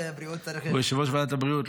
הבריאות צריך --- הוא יושב-ראש ועדת הבריאות,